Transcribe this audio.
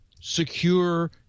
secure